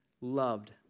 loved